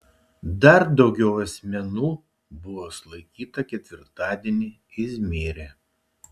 dar daugiau asmenų buvo sulaikyta ketvirtadienį izmyre